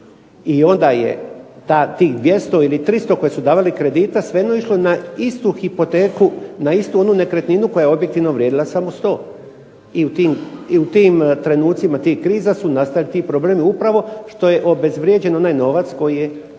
i onda je tih 200 ili 300 koje su davali kredite svejedno išlo na istu hipoteku, na istu onu nekretninu koja je objektivno vrijedila samo 100. I u tim trenucima tih kriza su nastali ti problemi upravo što je obezvrijeđen onaj novac koji je